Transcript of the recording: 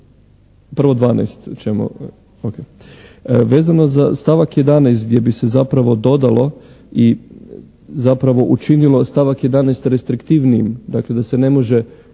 Prvo 12 ćemo, ok. Vezano za stavak 11. gdje bi se zapravo dodalo i zapravo učinilo stavak 11. restriktivnijim, dakle, da se ne može